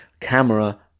Camera